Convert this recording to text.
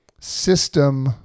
System